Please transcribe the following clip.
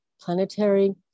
planetary